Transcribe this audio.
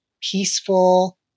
peaceful